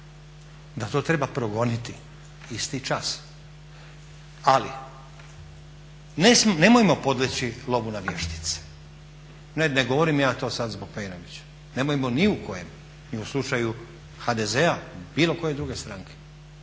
da to treba progoniti isti čas, ali nemojmo podleći lovu na vještice. Ne govorim ja to sad zbog Peinovića, nemojmo ni u kojem, ni u slučaju HDZ-a ili bilo koje druge stranke,